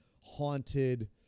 haunted